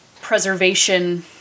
preservation